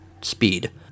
speed